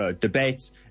debates